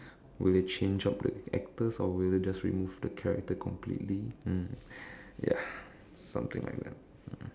will they change up the actors or will they just remove the character completely mm ya something like that